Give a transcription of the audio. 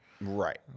Right